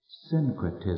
Syncretism